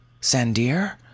Sandir